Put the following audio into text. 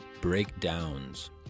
breakdowns